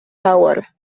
tower